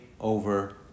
over